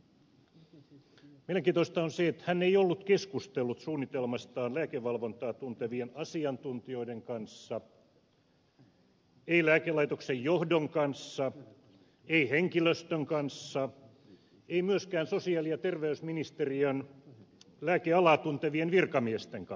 mielenkiintoista on se että hän ei ollut keskustellut suunnitelmastaan lääkevalvontaa tuntevien asiantuntijoiden kanssa ei lääkelaitoksen johdon kanssa ei henkilöstön kanssa ei myöskään sosiaali ja terveysministeriön lääkealaa tuntevien virkamiesten kanssa